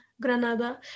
Granada